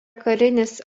karinis